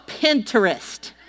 Pinterest